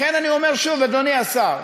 לכן אני אומר שוב, אדוני השר,